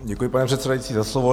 Děkuji, pane předsedající, za slovo.